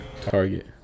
Target